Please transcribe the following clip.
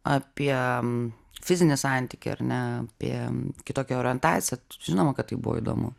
apie fizinį santykį ar ne apie kitokią orientaciją žinoma kad tai buvo įdomu